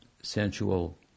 sensual